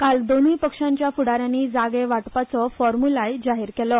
काल दोनूय पक्षांच्या फुडा यांनी जागे वांटपाचो फॉम्युलाय जाहीर केलो